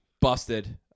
Busted